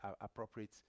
appropriate